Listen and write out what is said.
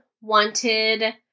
wanted